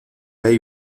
hay